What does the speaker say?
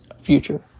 future